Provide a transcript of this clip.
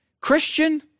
Christian